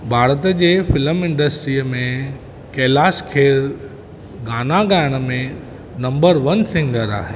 भारत जे film industry मे कैलाश खेर गाना ॻाइण में नंबर वन सिंगर आहे